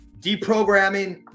deprogramming